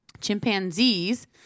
chimpanzees